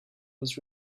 was